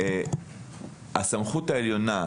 הסמכות העליונה,